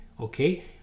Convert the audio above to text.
okay